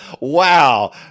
Wow